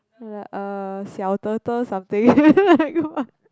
uh 小 turtle something like what